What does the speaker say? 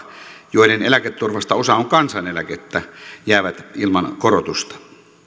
joiden eläketurvasta osa on kansaneläkettä jäävät ilman korotusta